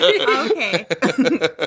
Okay